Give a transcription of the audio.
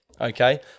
Okay